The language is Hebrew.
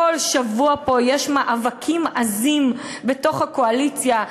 כל שבוע יש פה מאבקים עזים בתוך הקואליציה,